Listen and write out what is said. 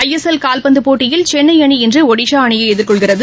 ஐ S L கால்பந்துபோட்டியில் சென்னைஅணி இன்றுடிசாஅணியைஎதிர்கொள்கிறது